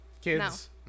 Kids